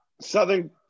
Southern